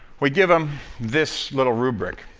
we give them this little rubric.